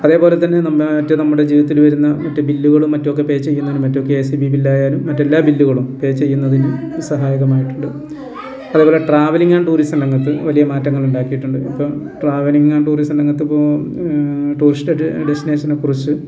അതേപോലെ തന്നെ നമ്മുടെ മറ്റ് നമ്മുടെ ജീവിത്തില് വരുന്ന മറ്റ് ബില്ലുകളും മറ്റും ഒക്കെ പേ ചെയ്യുന്നതിനും മറ്റും കെ എസ് ഇ ബി ബില്ലായാലും മറ്റെല്ലാ ബില്ലുകളും പേ ചെയ്യുന്നതിനും സഹായകമായിട്ടുണ്ട് അതുപോലെ ട്രാവലിംഗ് ആൻഡ് ടൂറിസം രംഗത്ത് വലിയ മാറ്റങ്ങളുണ്ടാക്കിയിട്ടുണ്ട് ഇപ്പം ട്രാവലിംഗ് ആൻഡ് ടൂറിസം രംഗത്തിപ്പോൾ ടൂറിസ്റ്റ് ഡെസ്റ്റിനേഷനെക്കുറിച്ച്